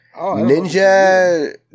Ninja